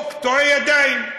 או קטועי ידיים,